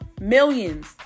millions